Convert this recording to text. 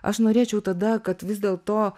aš norėčiau tada kad vis dėlto